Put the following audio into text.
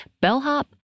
bellhop